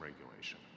regulation